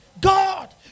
God